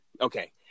Okay